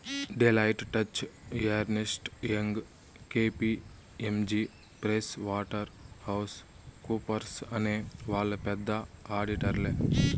Deloitte, Touche Ernst, Young KPMG Price Waterhouse హౌస్ కూపర్స్అనే వాళ్ళు పెద్ద ఆడిటర్లే